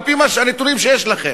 על-פי הנתונים שיש לכם,